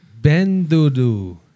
Bendudu